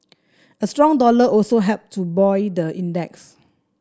a strong dollar also helped to buoy the index